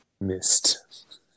missed